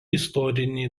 istoriniai